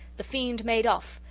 the fiend made off,